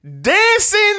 dancing